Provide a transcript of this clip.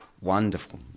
wonderful